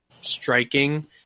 striking